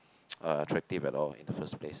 uh attractive at all in the first place